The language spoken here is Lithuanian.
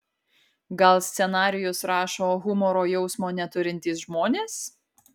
gal scenarijus rašo humoro jausmo neturintys žmonės